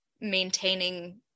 maintaining